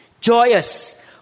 joyous